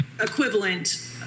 equivalent